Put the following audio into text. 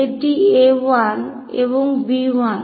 এটি A1 এবং B1